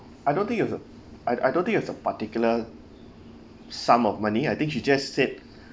I don't think it's a I I don't think it's a particular sum of money I think she just said